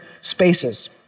spaces